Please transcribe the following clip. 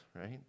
right